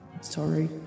Sorry